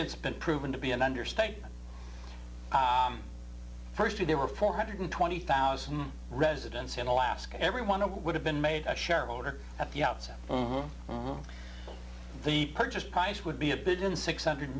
since been proven to be an understatement firstly there were four hundred and twenty thousand residents in alaska everyone would have been made a shareholder at the outset from the purchase price would be a bid in six hundred